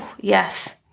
Yes